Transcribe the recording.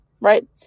right